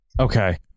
Okay